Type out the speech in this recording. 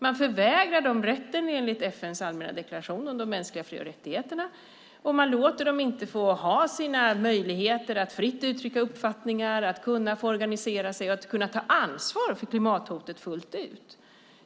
Man förvägrar dem rätten enligt FN:s allmänna deklaration om de mänskliga fri och rättigheterna, och man låter dem inte få ha sina möjligheter att fritt uttrycka uppfattningar, att kunna organisera sig och ta ansvar för klimathotet fullt ut.